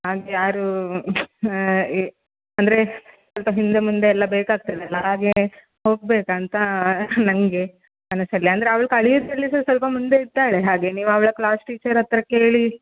ಹಾಗೆ ಯಾರು ಅಂದರೆ ಸ್ವಲ್ಪ ಹಿಂದೆ ಮುಂದೆಯೆಲ್ಲ ಬೇಕಾಗ್ತದಲ್ಲ ಹಾಗೆ ಹೋಗಬೇಕಂತ ನನಗೆ ಮನಸ್ಸಲ್ಲಿ ಅಂದರೆ ಅವ್ಳ ಕಲಿಯುದ್ರಲ್ಲಿ ಸಹ ಸ್ವಲ್ಪ ಮುಂದೆ ಇದ್ದಾಳೆ ಹಾಗೆ ನೀವು ಅವಳ ಕ್ಲಾಸ್ ಟೀಚರ್ ಹತ್ತಿರ ಕೇಳಿ